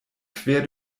quer